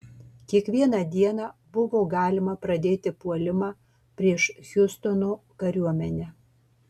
kiekvieną dieną buvo galima pradėti puolimą prieš hjustono kariuomenę